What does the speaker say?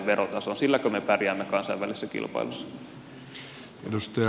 silläkö me pärjäämme kansainvälisessä kilpailussa